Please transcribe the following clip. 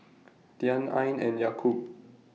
Dian Ain and Yaakob